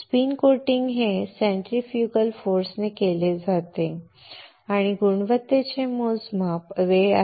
spin coating हे centrifugal force ने केले जाते आणि गुणवत्तेचे मोजमाप वेळ आहे